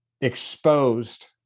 exposed